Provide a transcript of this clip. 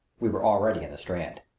we were already in the strand.